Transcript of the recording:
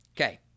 Okay